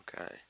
Okay